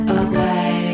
away